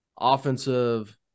offensive